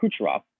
Kucherov